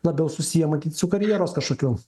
labiau susiję matyt su karjeros kažkokiu